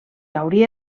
hauria